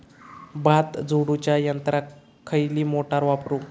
भात झोडूच्या यंत्राक खयली मोटार वापरू?